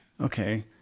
Okay